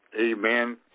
Amen